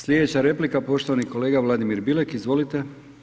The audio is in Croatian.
Sljedeća replika, poštovani kolega Vladimir Bilek, izvolite.